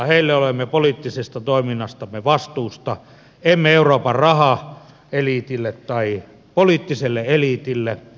heille olemme poliittisesta toiminnastamme vastuussa emme euroopan rahaeliitille tai poliittiselle eliitille